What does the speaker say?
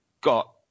got